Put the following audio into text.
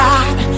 God